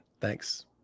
Thanks